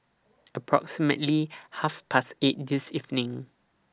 approximately Half Past eight This evening